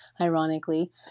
ironically